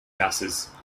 houses